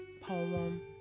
poem